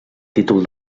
títol